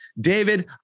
David